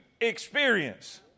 experience